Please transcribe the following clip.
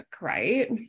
right